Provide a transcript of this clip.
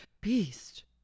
Beast